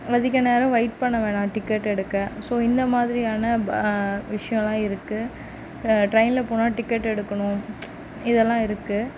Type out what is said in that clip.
அதிக நேரம் வெயிட் பண்ண வேணாம் டிக்கெட் எடுக்க ஸோ இந்தமாதிரியான விஷயம்லாம் இருக்குது ட்ரெயினில் போனால் டிக்கெட் எடுக்கணும் இதெல்லாம் இருக்குது